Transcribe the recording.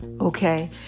okay